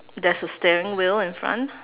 there's a steering wheel in front